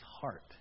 heart